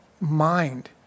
mind